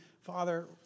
Father